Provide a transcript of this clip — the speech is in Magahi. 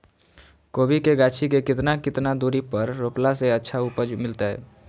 कोबी के गाछी के कितना कितना दूरी पर रोपला से अच्छा उपज मिलतैय?